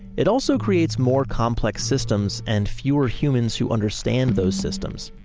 it also creates more complex systems and fewer humans who understand those systems,